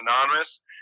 anonymous